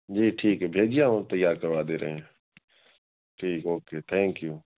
جی ٹھیک ہے بھیجیے ہم اب تیار کروا دے رہے ہیں ٹھیک ہے اوکے تھینک یو